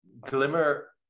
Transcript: glimmer